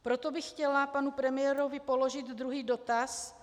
Proto bych chtěla panu premiérovi položit druhý dotaz.